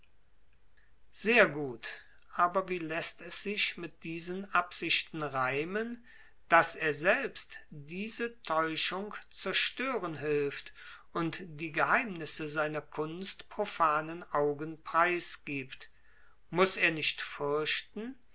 sehr gut aber wie läßt es sich mit diesen absichten reimen daß er selbst diese täuschung zerstören hilft und die geheimnisse seiner kunst profanen augen preisgibt muß er nicht fürchten